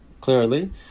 clearly